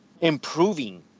improving